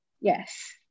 yes